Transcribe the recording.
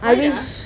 why ah